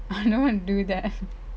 I don't want to do that